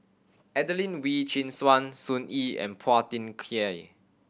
Adelene Wee Chin Suan Sun Yee and Phua Thin Kiay